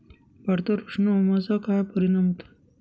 भातावर उष्ण हवामानाचा काय परिणाम होतो?